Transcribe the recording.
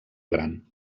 gran